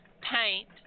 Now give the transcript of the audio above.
paint